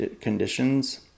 conditions